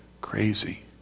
crazy